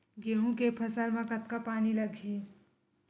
गेहूं के फसल म कतका पानी लगही?